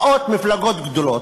באות מפלגות גדולות,